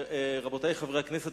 רבותי חברי הכנסת,